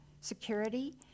security